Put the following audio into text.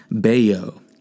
Bayo